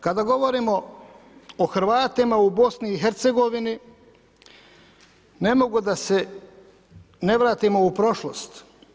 Kada govorimo o Hrvatima u BIH, ne mogu da se ne vratimo u prošlost.